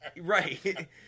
right